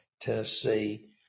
Tennessee